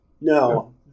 no